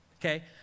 okay